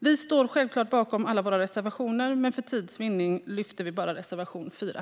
Vi står självklart bakom alla våra reservationer, men för tids vinnande yrkar vi bifall bara till reservation 4.